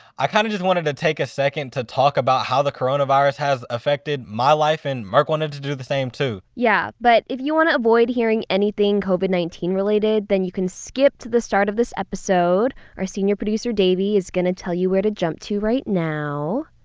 i kind of just wanted to take a second to talk about how the coronavirus has affected my life and merk wanted to do the same. yeah but if you wanna avoid hearing anything covid nineteen related then you can skip to the start of this episode. our senior producer davey is gonna tell you where to jump to right now,